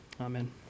amen